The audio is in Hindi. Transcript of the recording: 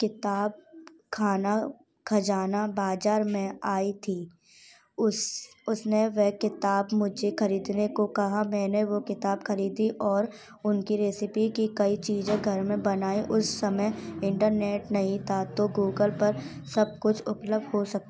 किताब खाना खज़ाना बाज़ार में आई थी उसने वह किताब मुझे ख़रीदने को कहा मैंने वो किताब ख़रीदी और उनकी रेसिपी की कई चीज़ें घर में बनाए उस समय इंटरनेट नहीं था तो गुगल पर सब कुछ उपलब्ध हो सक्त